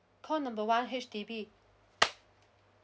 call number one H_D_B